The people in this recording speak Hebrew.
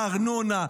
ארנונה,